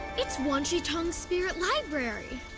it's wan shi tong's spirit library.